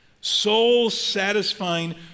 Soul-satisfying